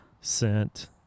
sent